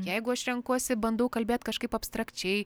jeigu aš renkuosi bandau kalbėt kažkaip abstrakčiai